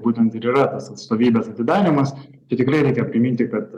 būtent ir yra tas atstovybės atidarymas tai tikrai reikia priminti kad